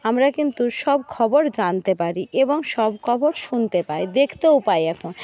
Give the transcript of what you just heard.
আমরা কিন্তু সব খবর জানতে পারি এবং সব খবর শুনতে পাই দেখতেও পাই এখন